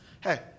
Hey